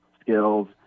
skills